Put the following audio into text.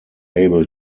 able